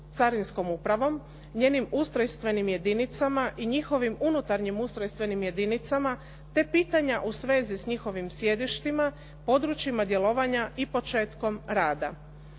carinskom upravom, njenim ustrojstvenim jedinicama i njihovim unutarnjim ustrojstvenim jedinicama te pitanja u svezi sa njihovim sjedištima, područjima djelovanja i početkom rada.